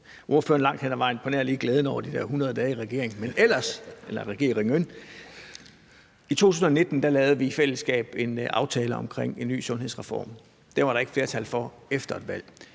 ordføreren langt hen ad vejen, på nær lige glæden over de der 100 dage i regering. I 2019 lavede vi i fællesskab en aftale omkring en ny sundhedsreform. Den var der ikke flertal for efter et valg;